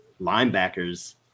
linebackers